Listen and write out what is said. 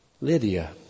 Lydia